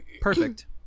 perfect